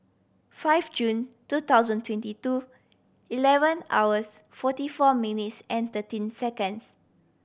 five Jun two thousand twenty two eleven hours forty four minutes and thirteen seconds